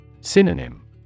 Synonym